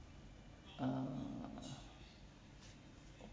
err